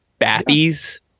Bathies